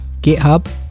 GitHub